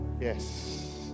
Yes